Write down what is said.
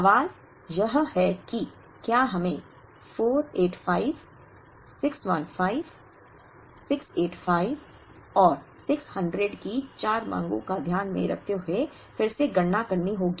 सवाल यह है कि क्या हमें 485 615 685 और 600 की 4 मांगों को ध्यान में रखते हुए फिर से गणना करनी होगी